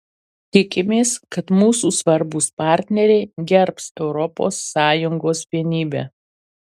tikimės kad mūsų svarbūs partneriai gerbs europos sąjungos vienybę